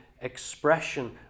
expression